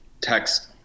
text